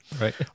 right